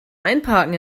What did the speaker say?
einparken